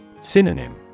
Synonym